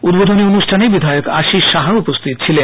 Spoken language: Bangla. উদ্বোধনী অনুষ্ঠানে বিধায়ক আশিস সাহা উপস্থিত ছিলেন